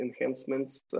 enhancements